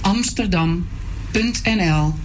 Amsterdam.nl